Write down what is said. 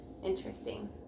interesting